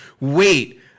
Wait